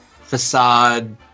facade